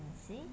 see